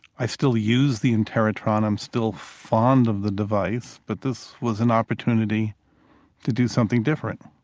i still use the interrotron, i'm still fond of the device, but this was an opportunity to do something different.